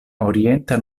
orienta